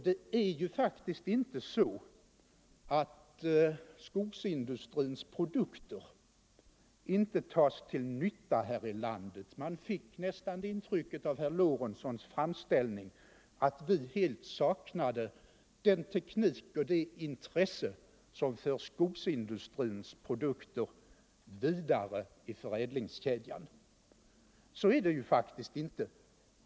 Det är ju faktiskt inte så att skogsindustrins produkter inte tas till nytta här i landet. Av herr Lorentzons framställning kunde man få intrycket att vi helt saknar den teknik och det intresse som för skogsindustrins produkter vidare i förädlingskedjan. Så är det faktiskt inte.